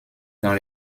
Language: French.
dans